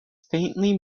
faintly